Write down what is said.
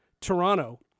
Toronto